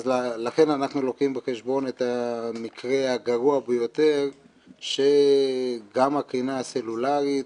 לכן אנחנו לוקחים בחשבון את המקרה הגרוע ביותר שגם הקרינה הסלולרית